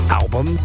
album